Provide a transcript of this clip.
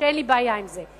שאין לי בעיה עם זה.